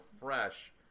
fresh